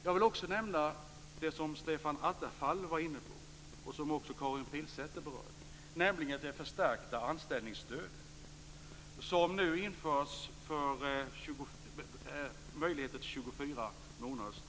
Jag vill också nämna något som Stefan Attefall och även Karin Pilsäter berörde, nämligen det förstärkta anställningsstöd som nu införs och som innebär möjligheter till stöd under 24 månader.